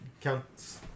counts